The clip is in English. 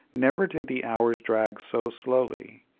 never did the hours drag so slowly.